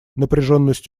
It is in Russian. напряженность